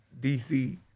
DC